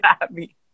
happy